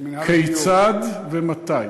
כיצד ומתי.